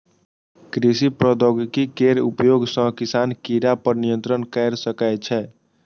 कृषि प्रौद्योगिकी केर उपयोग सं किसान कीड़ा पर नियंत्रण कैर सकै छै